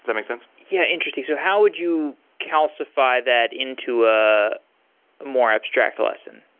that make sense? yeah, interesting. so how would you calcify that into a more abstract lesson?